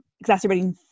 exacerbating